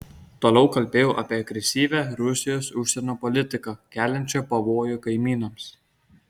toliau kalbėjau apie agresyvią rusijos užsienio politiką keliančią pavojų kaimynams